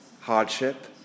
hardship